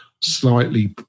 slightly